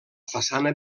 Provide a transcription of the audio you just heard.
façana